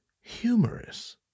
humorous